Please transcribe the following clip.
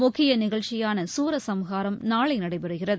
முக்கிய நிகழ்ச்சியான சூரசம்ஹாரம் நாளை நடைபெறுகிறது